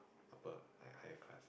upper like higher class